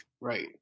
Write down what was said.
right